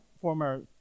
former